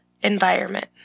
environment